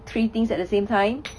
three things at the same time